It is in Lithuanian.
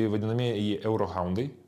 vadinamieji euro haundai